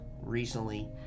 recently